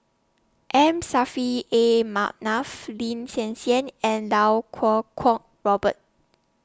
M Saffri A Manaf Lin Hsin Hsin and Iau Kuo Kwong Robert